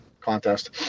contest